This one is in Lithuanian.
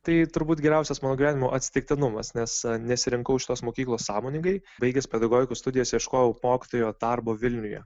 tai turbūt geriausias mano gyvenimo atsitiktinumas nes nesirinkau šitos mokyklos sąmoningai baigęs pedagogikos studijas ieškojau mokytojo darbo vilniuje